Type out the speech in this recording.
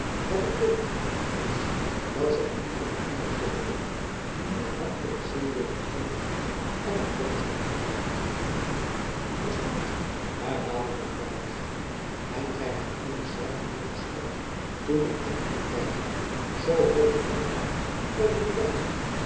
wat ik weet is dat zy niet licht iemand zullen vinden die meer hart voor het zeewezen toont en er meer verstand van heeft verstand herhaalde mevrouw musch en gy hebt immers zelf er meê gespot toen men hem in uw byzijn zoo hoogen lof gaf over de wijze